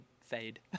fade